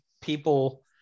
people